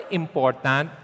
important